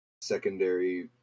secondary